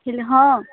କିନ୍ ହଁ